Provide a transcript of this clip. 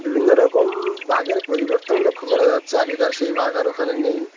বিভিন্ন রকম বাঘের পরিবর্তন লক্ষ্য করা যাচ্ছে আগেকার সেই বাঘ আর ওখানে নেই